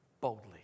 boldly